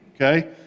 okay